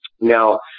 Now